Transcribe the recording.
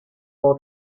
for